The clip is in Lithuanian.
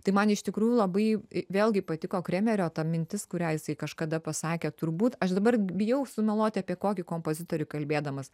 tai man iš tikrųjų labai vėlgi patiko kremerio ta mintis kurią jisai kažkada pasakė turbūt aš dabar bijau sumeluoti apie kokį kompozitorių kalbėdamas